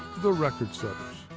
the record setters.